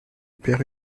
perds